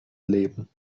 leben